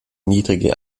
niedrige